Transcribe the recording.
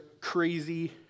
crazy